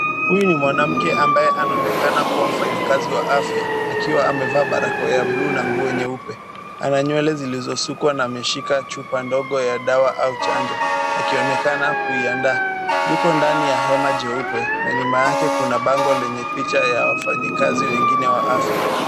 Huyu ni mwanamke ambaye anaonekana kuwa mfanyikazi wa afya akiwa amevaa barakoa ya blue na kofia nyeupe. Ana nywele zilizosukwa na ameshika chupa ndogo ya dawa au chanjo akionekana kuiandaa. Yuko ndani ya hema jeupe na nyuma yake kuna bango lenye picha ya wafanyakazi wengine wa afya.